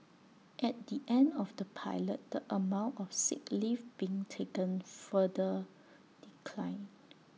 at the end of the pilot the amount of sick leave being taken further declined